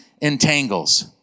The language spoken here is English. entangles